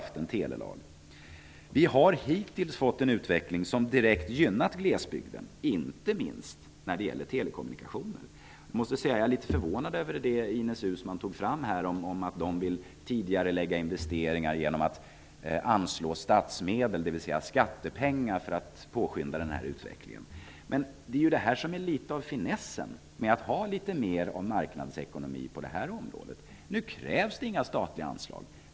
Utvecklingen har hittills direkt gynnat glesbygden, inte minst när det gäller telekommunikationer. Jag är litet förvånad över det Ines Uusmann sade om att socialdemokraterna vill tidigarelägga investeringar genom att anslå statsmedel, dvs. skattepengar, för att påskynda utvecklingen. Finessen med att tillämpa marknadsekonomi på området är ju att slippa detta! Nu krävs det inga statliga anslag.